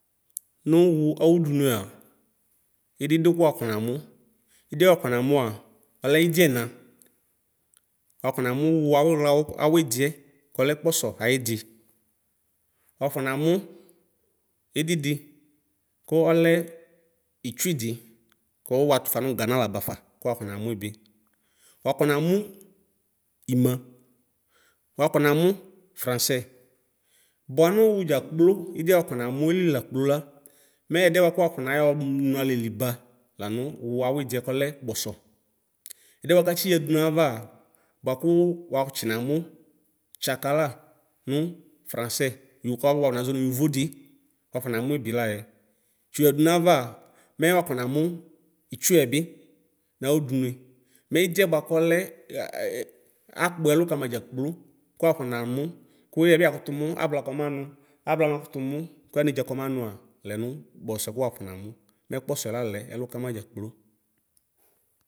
Nʋ wʋ awʋ dʋnea idi dʋ kʋ wakɔ namʋ idiɛ wakɔ namʋa ɔlɛ idi ɛna wakɔ namʋ awixla awiediɛ kɔlɛ kpɔsɔ ayidi wafɔ namʋ ididi kʋ ɔlɛ itsuidi kʋ watʋfa nʋ gana labafa kʋ wakɔ namuibi wakɔnamʋ ima wakɔ namʋ fransɛ bʋa nʋ wʋdza kplo idiɛ wakɔ namʋɛli lakplo la mɛ ɛdiɛ wakɔ nayɔ nʋalɛli ba lanʋ wʋ awidiɛ kɔlɛ kpɔsɔ ɛdiɛ bʋakʋ atsi yadʋ nayava bʋakʋ watsi namʋ tsakala nʋ fransɛ yaka wafɔnazɔ nʋ yovodi wafɔ namui bi layɛ tsiyo yadʋ nayava mɛ wakɔ namʋ itsuiɛ bi nawʋ dʋnʋe mɛ idiɛ bʋakɔlɛ akpɛlʋ kama dzakplo kʋ wakɔ namʋ kʋ yebi yakʋtʋ mʋ yavla kɔmanʋ avla makʋtʋ mʋ kanedza kɔma nʋa lɛnʋ kpɔsɔɛ kʋ wakɔ namʋ mɛ kpɔsɔɛ lalɛ ɛlʋ kama dza kplo.